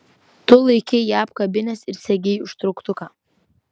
tu laikei ją apkabinęs ir segei užtrauktuką